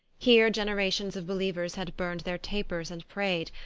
here genera tions of believers had burned their tapers and prayed,